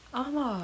ah